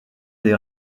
des